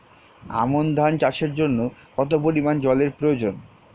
আমন ধান চাষের জন্য কত পরিমান জল এর প্রয়োজন?